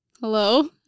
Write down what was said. Hello